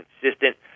consistent